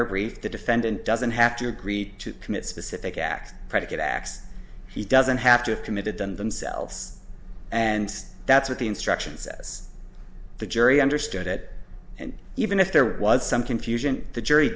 our brief the defendant doesn't have to agree to commit specific act predicate acts he doesn't have to have committed them themselves and that's what the instruction says the jury understood it and even if there was some confusion the jury